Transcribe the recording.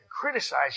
criticize